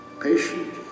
Patient